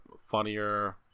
funnier